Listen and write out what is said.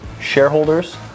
shareholders